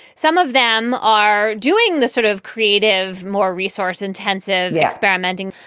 some of them are doing the sort of creative, more resource intensive experimenting?